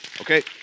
Okay